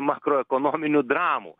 makroekonominių dramų